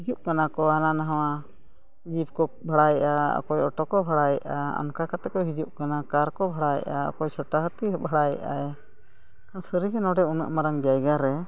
ᱦᱤᱡᱩᱜ ᱠᱟᱱᱟ ᱠᱚ ᱦᱟᱱᱟ ᱱᱚᱣᱟ ᱡᱤᱯ ᱠᱚ ᱵᱷᱟᱲᱟᱭᱮᱜᱼᱟ ᱚᱠᱚᱭ ᱚᱴᱳ ᱠᱚ ᱵᱷᱟᱲᱟᱭᱮᱜᱼᱟ ᱚᱱᱠᱟ ᱠᱟᱛᱮᱫ ᱠᱚ ᱦᱤᱡᱩᱜ ᱠᱟᱱᱟ ᱠᱟᱨ ᱠᱚ ᱵᱷᱟᱲᱟᱭᱮᱜᱼᱟ ᱚᱠᱚᱭ ᱪᱷᱳᱴᱟ ᱦᱟᱹᱛᱤ ᱵᱷᱟᱲᱟᱭᱮᱜ ᱟᱭ ᱥᱟᱹᱨᱤᱜᱮ ᱱᱚᱸᱰᱮ ᱩᱱᱟᱹᱜ ᱢᱟᱨᱟᱝ ᱡᱟᱭᱜᱟ ᱨᱮ